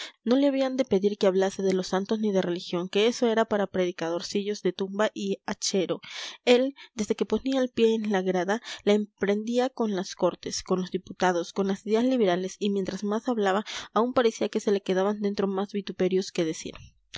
no le habían de pedir que hablase de los santos ni de religión que eso era para predicadorcillos de tumba y hachero él desde que ponía el pie en la grada la emprendía con las cortes con los diputados con las ideas liberales y mientras más hablaba aún parecía que se le quedaban dentro más vituperios que decir